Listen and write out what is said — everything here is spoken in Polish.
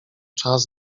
czas